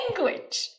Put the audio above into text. language